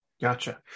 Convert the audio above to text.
Gotcha